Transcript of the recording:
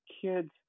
kids